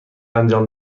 انجام